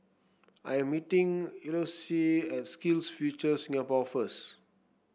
I am meeting Elouise at SkillsFuture Singapore first